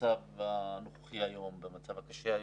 שהמצב הנוכחי היום והמצב הקשה היום,